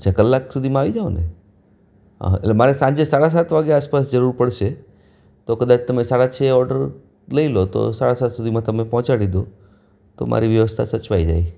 અચ્છા કલાક સુધીમાં આવી જાઓને હા એટલે મારે સાંજે સાડા સાત વાગ્યા આસપાસ જરૂર પડશે તો કદાચ તમે સાડા છ એ ઓડર લઈ લો તો સાડા સાત સુધીમાં તમે પહોંચાડી દો તો મારી વ્યવસ્થા સચવાઈ જાય